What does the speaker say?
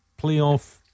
Playoff